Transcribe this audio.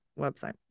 website